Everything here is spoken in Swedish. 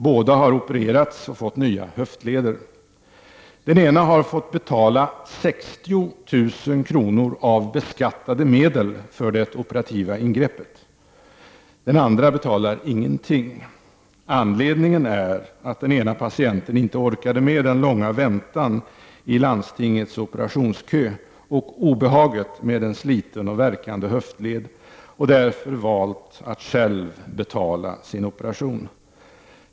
Båda har opererats och fått nya höftleder. Den ena får betala 60 000 kronor av beskattade medel för det operativa ingreppet. Den andra betalar ingenting. Anledningen är att den ena patienten inte orkade med den långa väntan i landstingets operationskö och obeha get med en sliten och värkande höftled och därför valt att själv betala sin operation.